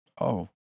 Oh